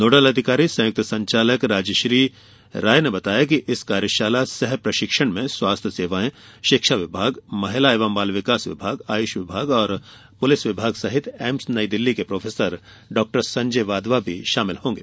nodal अधिकारी संयुक्त संचालक राजश्री राय ने बताया कि इस कार्यशाला सह प्रशिक्षण में स्वास्थ्य सेवायें शिक्षा विभाग महिला एवं बाल विकास विभाग आयुष विभाग और पुलिस विभाग सहित एम्स नई दिल्ली के प्रोफेसर डॉक्टर संजय वाधवा भी शामिल होंगे